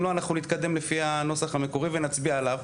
אם לא, אנחנו נתקדם לפי הנוסח המקורי ונצביע עליו.